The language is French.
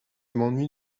m’ennuie